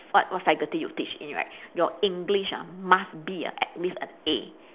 what what faculty you teach in right your english ah must be ah at least an A